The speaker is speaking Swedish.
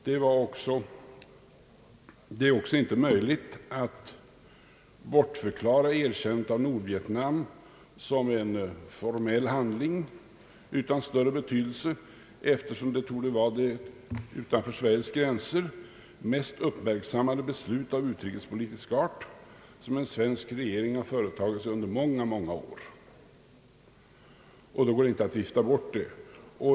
Det är inte heller möjligt att bortförklara erkännandet av Nordvietnam som en formell handling utan större betydelse, eftersom det torde vara det utanför Sveriges gränser mest uppmärksammade beslut av utrikespolitisk art som en svensk regering har fattat un der många, många år. Då går det inte att vifta bort det.